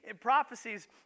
prophecies